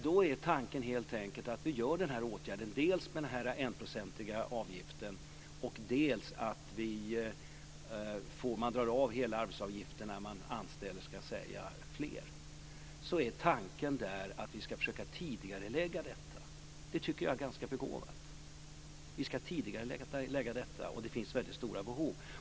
Då är tanken helt enkelt att vi vidtar denna åtgärd, dels att man gör en sänkning med 1 % av arbetsgivaravgiften, dels att man drar av hela arbetsgivaravgiften när det anställs fler. Tanken där är att vi ska försöka tidigarelägga detta. Det tycker jag är ganska begåvat. Och det finns väldigt stora behov.